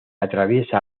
atraviesa